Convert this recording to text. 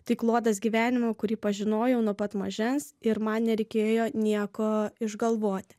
tai klodas gyvenimo kurį pažinojau nuo pat mažens ir man nereikėjo nieko išgalvoti